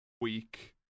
week